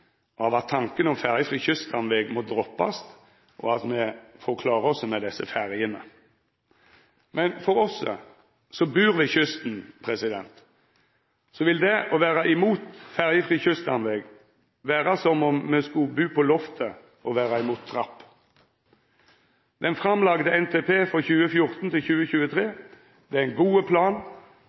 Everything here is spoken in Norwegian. av at tanken om ferjefri kyststamveg må droppast, og at me får klara oss med desse ferjene. Men for oss som bur ved kysten, vil det å vera imot ferjefri kyststamveg vera som om me skulle bu på loftet og vera imot trapp. Den framlagde NTP for 2014–2023 er ein god plan,